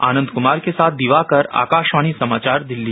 आनंद कुमार के साथ दीवाकर आकाशवाणी समाचार दिल्ली